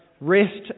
rest